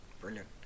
brilliant